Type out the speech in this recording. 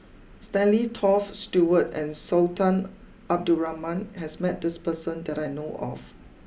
Stanley Toft Stewart and Sultan Abdul Rahman has met this person that I know of